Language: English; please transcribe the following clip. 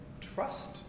trust